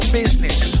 business